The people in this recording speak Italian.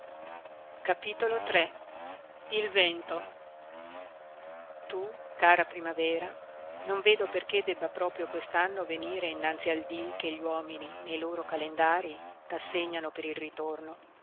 a io l vento tu cara primavera non vedo perché debba proprio questanno venire innanzi al dì che gli uomini ne loro calendarii tassegnano per il ritorno